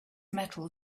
metal